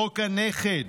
חוק הנכד,